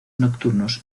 nocturnos